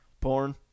Porn